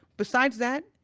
besides that,